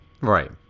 Right